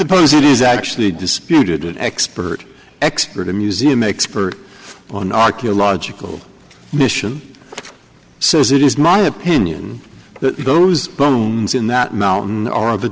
suppose it is actually disputed an expert expert a museum expert on archaeological mission says it is my opinion that those bones in that mountain are the